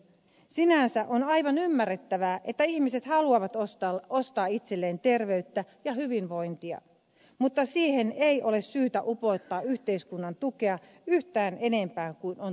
sinänsä on aivan ymmärrettävää että ihmiset haluavat ostaa itselleen terveyttä ja hyvinvointia mutta siihen ei ole syytä upottaa yhteiskunnan tukea yhtään enempää kuin on todellinen tarve